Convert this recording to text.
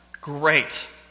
great